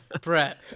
Brett